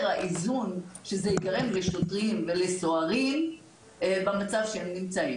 האיזון שייגרם לשוטרים ולסוהרים במצב שהם נמצאים.